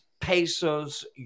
pesos